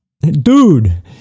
dude